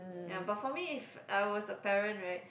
ya but for me if I was a parent right